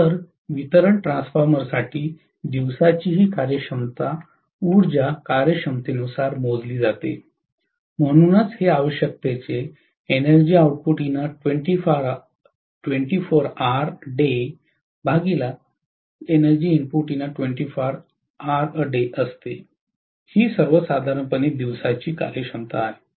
तर वितरण ट्रान्सफॉर्मरसाठी दिवसाची ही कार्यक्षमता ऊर्जा कार्यक्षमतेनुसार मोजली जाते म्हणूनच हे आवश्यकतेचे असते ही सर्वसाधारणपणे दिवसाची कार्यक्षमता असते